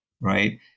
right